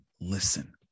listen